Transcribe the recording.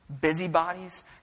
busybodies